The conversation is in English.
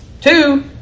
Two